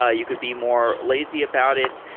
ah you could be more lazy about it.